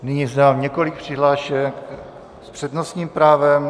Nyní mám několik přihlášek s přednostním právem.